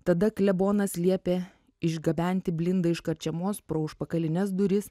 tada klebonas liepė išgabenti blindą iš karčiamos pro užpakalines duris